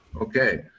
Okay